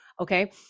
Okay